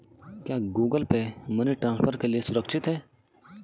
क्या Google Pay money transfer के लिए सुरक्षित है?